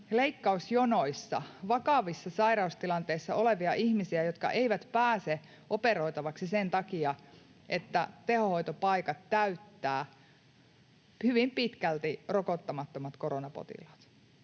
leikkausjonoissa vakavissa sairaustilanteissa olevia ihmisiä, jotka eivät pääse operoitavaksi sen takia, että tehohoitopaikat täyttävät hyvin pitkälti rokottamattomat koronapotilaat.